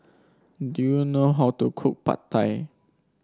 do you know how to cook Pad Thai